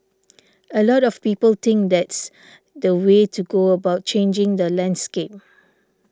a lot of people think that's the way to go about changing the landscape